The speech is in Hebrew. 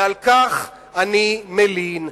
ועל כך אני מלין.